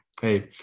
hey